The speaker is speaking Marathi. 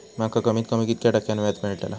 माका कमीत कमी कितक्या टक्क्यान व्याज मेलतला?